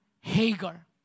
Hagar